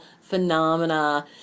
phenomena